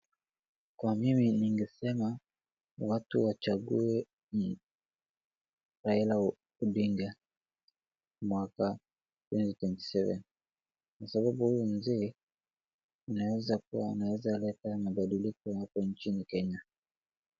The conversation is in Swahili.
Kwa mimi ningesema, watu wachague Raila Odinga mwaka twenty twenty seven , kwa sababu huyu mzee, anaeza kuwa anaeza leta mabadiliko hapa nchini Kenya.